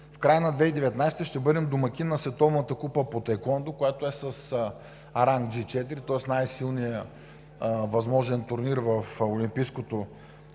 В края на 2019-а ще бъдем домакин на Световната купа по таекуондо, която е с ранг G4, тоест най-силният възможен турнир в олимпийското